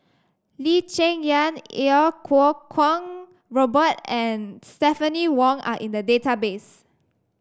Lee Cheng Yan Iau Kuo Kwong Robert and Stephanie Wong are in the database